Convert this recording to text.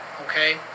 okay